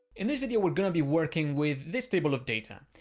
in this video, we're going to be working with this table of data.